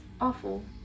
awful